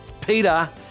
Peter